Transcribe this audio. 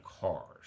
cars